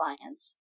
clients